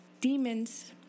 demons